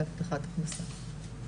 בהבטחת הכנסה.